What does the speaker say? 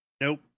nope